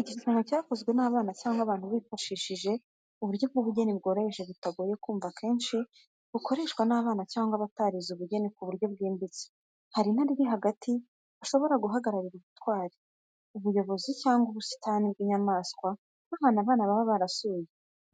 Igishushanyo cyakozwe n’abana cyangwa abantu bifashishije uburyo bw'ubugeni bworoheje butagoye kumva, kenshi bukoreshwa n’abana cyangwa abatarize ubugeni ku buryo bwimbitse. Hari intare iri hagati ishobora guhagararira ubutwari, ubuyobozi, cyangwa ubusitani bw’inyamaswa nk’ahantu abana baba barasuye.